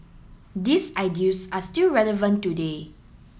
these ideals are still relevant today